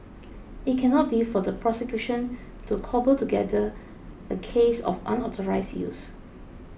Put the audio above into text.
it cannot be for the prosecution to cobble together a case of unauthorised use